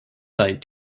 site